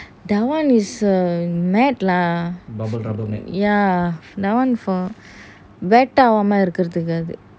that [one] is a mat lah ya that [one] for wet ஆர்வமா இருக்குறதுக்கு:aavama irukurathuku